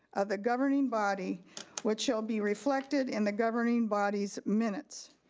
of the governing body which shall be reflected in the governing body's minutes.